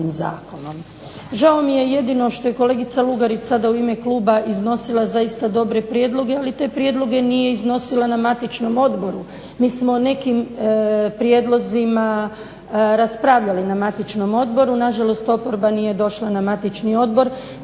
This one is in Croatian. Žao mi je jedino što je kolegica Lugarić sada u ime klub iznosila zaista dobre prijedloge ali te prijedloge nije iznosila na matičnom odboru. Mi smo o nekim prijedlozima raspravljali na matičnom odboru, nažalost oporba nije došla na matični odbor